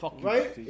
Right